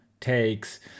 takes